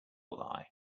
lie